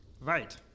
Right